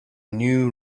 new